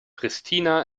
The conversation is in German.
pristina